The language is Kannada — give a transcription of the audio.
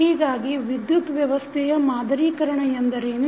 ಹೀಗಾಗಿ ವಿದ್ಯುತ್ ವ್ಯವಸ್ಥೆಯ ಮಾದರೀಕರಣ ಎಂದರೇನು